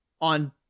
on